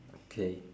okay